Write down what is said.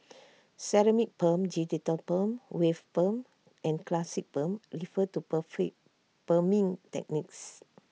ceramic perm digital perm wave perm and classic perm refer to prefer perming techniques